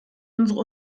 unsere